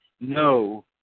no